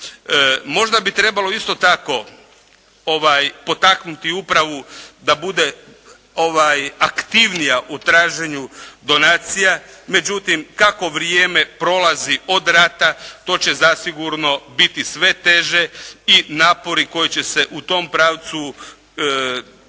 Možda bi trebalo isto tako potaknuti upravu da bude aktivnija u traženju donacija. Međutim, kako vrijeme prolazi od rata to će zasigurno biti sve teže i napori koji će se u tom pravcu činiti